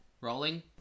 rolling